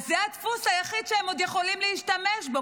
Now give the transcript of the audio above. זה הדפוס היחיד שהם עוד יכולים להשתמש בו.